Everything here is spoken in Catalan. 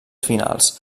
finals